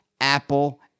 Apple